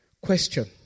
Question